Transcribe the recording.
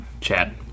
Chad